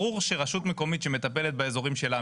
ברור שרשות מקומית שמטפלת באזורים שלה,